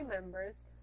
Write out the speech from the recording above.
members